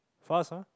fast ah